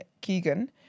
Keegan